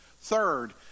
Third